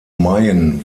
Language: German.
mayen